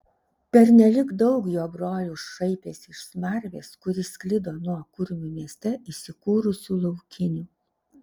pernelyg daug jo brolių šaipėsi iš smarvės kuri sklido nuo kurmių mieste įsikūrusių laukinių